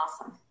Awesome